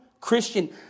Christian